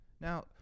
Now